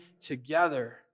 together